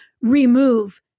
remove